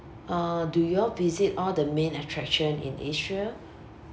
uh do you all visit all the main attraction in israel